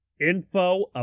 info